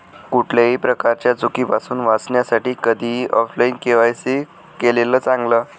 कुठल्याही प्रकारच्या चुकीपासुन वाचण्यासाठी कधीही ऑफलाइन के.वाय.सी केलेलं चांगल